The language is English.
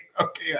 Okay